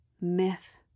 Myth